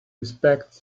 respect